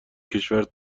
کشور